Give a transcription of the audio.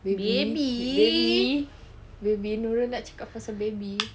baby baby baby nurul nak cakap pasal baby